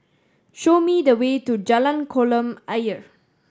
show me the way to Jalan Kolam Ayer